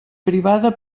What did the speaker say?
privada